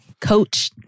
Coach